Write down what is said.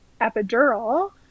epidural